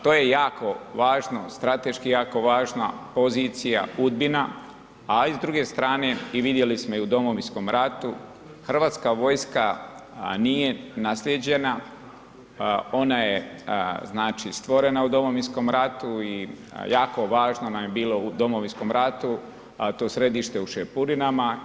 To je jako važno, strateški jako važna pozicija Udbina, a i s druge strane vidjeli smo u Domovinskom ratu Hrvatska vojska nije naslijeđena, ona je stvorena u Domovinskom ratu i jako važno nam je bilo u Domovinskom ratu to središte u Šepurinama.